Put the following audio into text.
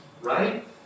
right